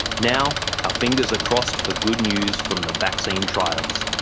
now our fingers are crossed for good news from the vaccine trials.